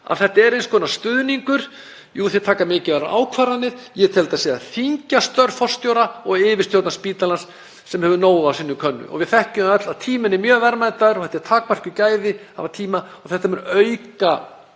að þetta er eins konar stuðningur. Jú, þeir taka mikilvægar ákvarðanir. Ég tel að þetta sé að þyngja störf forstjóra og yfirstjórnar spítalans sem hefur nóg á sinni könnu. Við þekkjum það öll að tíminn er mjög verðmætur, það eru takmörkuð gæði að hafa tíma, og þetta mun auka